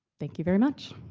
thank you very much.